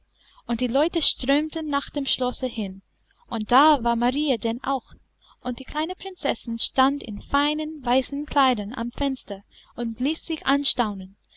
und die leute strömten nach dem schlosse hin und da war marie denn auch und die kleine prinzessin stand in feinen weißen kleidern am fenster und ließ sich anstaunen